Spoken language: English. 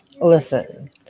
Listen